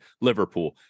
Liverpool